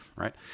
right